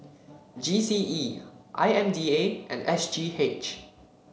G C E I M D A and S G H